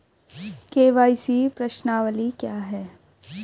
KYC प्रश्नावली क्या है?